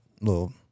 little